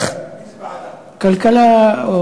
כלכלה.